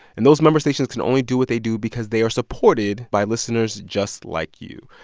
and those member stations can only do what they do because they are supported by listeners just like you.